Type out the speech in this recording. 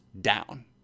down